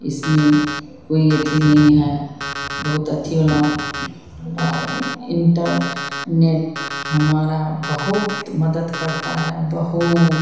इसमें कोई अथी नहीं है बहुत अथीवाला इन्टरनेट हमारी बहुत मदद करता है बहुत